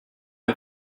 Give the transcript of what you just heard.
est